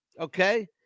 Okay